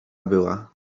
była